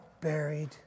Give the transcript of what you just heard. buried